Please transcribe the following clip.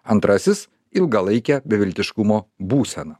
antrasis ilgalaikė beviltiškumo būsena